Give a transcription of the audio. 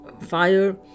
fire